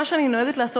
מה שאני נוהגת לעשות,